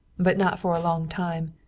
but not for a long time,